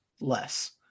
less